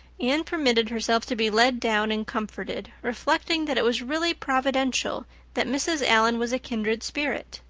anne permitted herself to be led down and comforted, reflecting that it was really providential that mrs. allan was a kindred spirit.